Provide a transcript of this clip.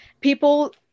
people